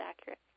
accurate